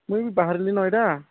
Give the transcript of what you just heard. ମୁଇଁ ବାହାରିଲିନ ଏଇଟା